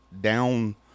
down